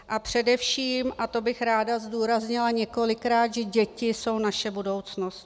A především, a to bych ráda zdůraznila několikrát, že děti jsou naše budoucnost.